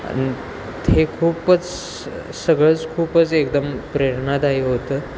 आणि ते खूपच सगळंच खूपच एकदम प्रेरणादायी होतं